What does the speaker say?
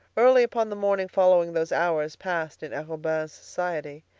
early upon the morning following those hours passed in arobin's society,